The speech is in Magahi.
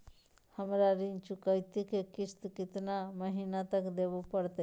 हमरा ऋण चुकौती के किस्त कितना महीना तक देवे पड़तई?